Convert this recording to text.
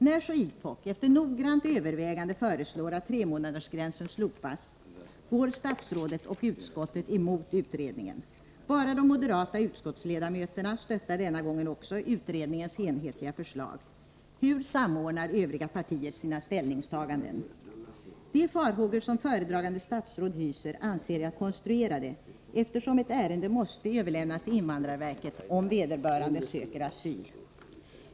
När så IPOK efter noggrant övervägande föreslår att tremånadersgränsen slopas, går statsrådet och utskottet emot utredningen. Bara de moderata utskottsledamöterna stöttar — den här gången också — utredningens enhetliga förslag. Hur samordnar Övriga partier sina ställningstaganden? De farhågor som föredragande statsrådet hyser anser jag konstruerade, eftersom ett ärende måste överlämnas till invandrarverket, om en personi ett sådant här fall söker asyl.